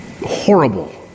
horrible